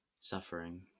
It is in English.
suffering